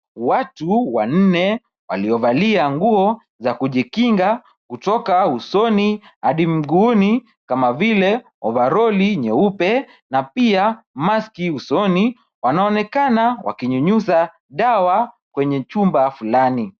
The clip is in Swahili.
Watu wanne waliovalia nguo za kujikinga kutoka usoni hadi mguuni kama vile ovaroli nyeupe na pia maski usoni, wanaonekana wakinyunyuza dawa kwenye chumba fulani.